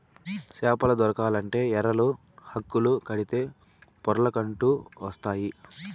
చేపలు దొరకాలంటే ఎరలు, హుక్కులు కడితే పొర్లకంటూ వస్తాయి